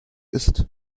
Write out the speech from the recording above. ist